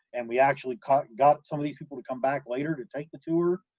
and we actually caught, got some of these people to come back later to take the tour,